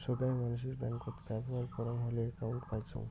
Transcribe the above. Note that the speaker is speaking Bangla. সোগায় মানসির ব্যাঙ্কত ব্যবহর করাং হলি একউন্ট পাইচুঙ